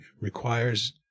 requires